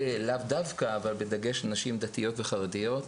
לאו דווקא אבל בדגש על נשים דתיות וחרדיות,